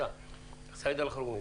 סעיד אלחרומי, בבקשה.